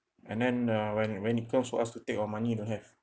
and then uh when when it comes for us to take our money don't have